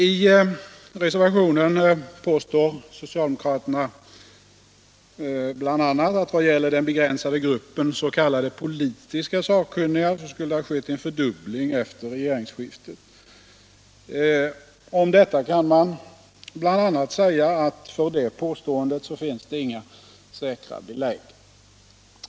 I reservationen påstår socialdemokraterna bl.a. att vad gäller den begränsade gruppen s.k. politiska sakkunniga så skulle det ha skett en fördubbling efter regeringsskiftet. För det påståendet finns det inga säkra belägg.